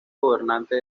gobernante